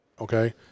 okay